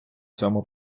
цьому